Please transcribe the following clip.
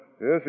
Yes